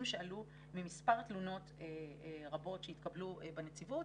שעלו ממספר תלונות רבות שהתקבלו בנציבות.